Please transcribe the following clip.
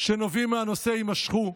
שנובעים מהנושא יימשכו,